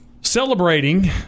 celebrating